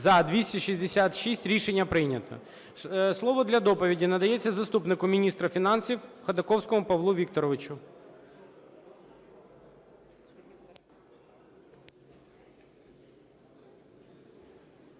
Дякую. Шановні колеги, слово для доповіді надається заступнику міністра фінансів Ходаковському Павлу Вікторовичу.